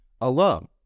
alone